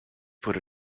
put